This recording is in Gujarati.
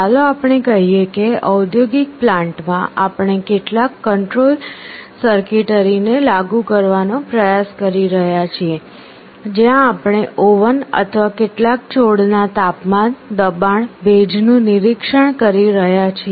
ચાલો આપણે કહીએ કે ઔદ્યોગિક પ્લાન્ટમાં આપણે કેટલાક કંટ્રોલ સર્કિટરીને લાગુ કરવાનો પ્રયાસ કરી રહ્યા છીએ જ્યાં આપણે ઓવન અથવા કેટલાક છોડના તાપમાન દબાણ ભેજનું નિરીક્ષણ કરી રહ્યા છીએ